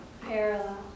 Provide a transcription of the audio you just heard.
parallel